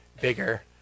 bigger